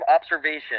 observation